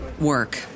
work